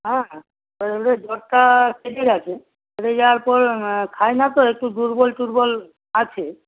হ্যাঁ জ্বরটা সেরে গেছে সেরে যাওয়ার পর খায় না তো একটু দুর্বল টুর্বল আছে